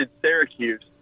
Syracuse